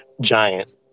giant